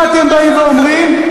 מה אתם באים ואומרים?